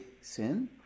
sin